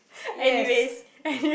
yes